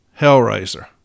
hellraiser